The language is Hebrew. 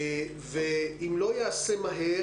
ואם לא ייעשה מהר,